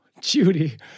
Judy